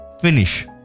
finish